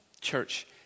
church